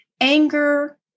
anger